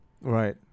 Right